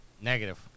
Negative